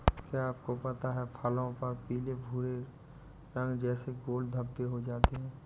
क्या आपको पता है फलों पर पीले भूरे रंग जैसे गोल धब्बे हो जाते हैं?